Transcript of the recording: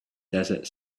desert